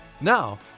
Now